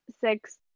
six